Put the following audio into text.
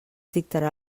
dictarà